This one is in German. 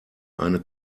eine